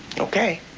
okay.